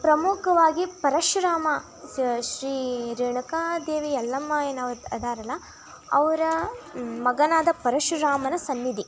ಪ್ರಮುಖವಾಗಿ ಪರಶುರಾಮ ಸ ಶ್ರೀ ರೇಣುಕಾದೇವಿ ಯಲ್ಲಮ್ಮ ಏನು ಇದ್ದಾರಲ್ಲ ಅವರ ಮಗನಾದ ಪರಶುರಾಮನ ಸನ್ನಿಧಿ